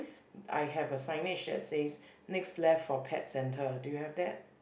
I have a signage that says next left for pet centre do you have that